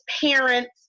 parents